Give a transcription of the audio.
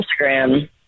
Instagram